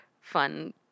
fun